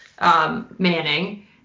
Manning